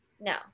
No